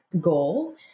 goal